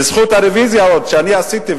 בזכות הרוויזיה שאני עשיתי,